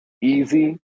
easy